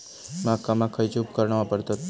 बागकामाक खयची उपकरणा वापरतत?